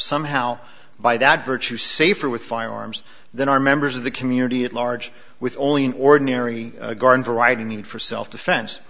somehow by that virtue safer with firearms than are members of the community at large with only an ordinary garden variety need for self defense